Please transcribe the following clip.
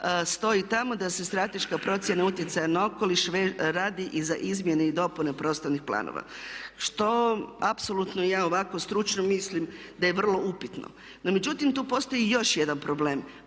stoji tamo da se strateška procjena utjecaja na okoliš radi i za izmjene i dopune prostornih planova. Što apsolutno ja ovako stručno mislim da je vrlo upitno. No međutim, tu postoji još jedan problem.